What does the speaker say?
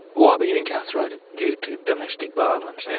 why were you incarcerated? due to domestic violence.